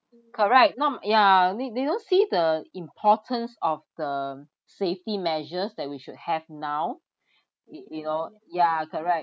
correct no ya they they don't see the importance of the safety measures that we should have now y~ you know ya correct